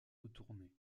retourné